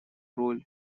роль